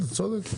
צודק.